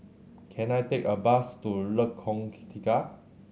can I take a bus to Lengkong key Tiga